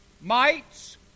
Mites